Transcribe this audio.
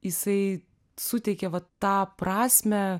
jisai suteikė vat tą prasmę